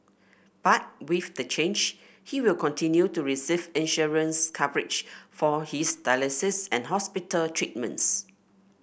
but with the change he will continue to receive insurance coverage for his dialysis and hospital treatments